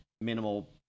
minimal